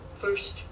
First